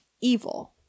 evil